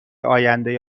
آینده